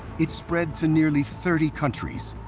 it spread to nearly thirty countries,